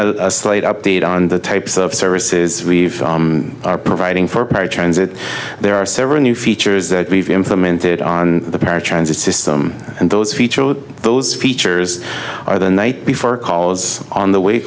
giving a slight update on the types of services we've are providing for paratransit there are several new features that we've implemented on the paratransit system and those features those features are the night before calls on the way